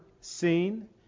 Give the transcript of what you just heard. seen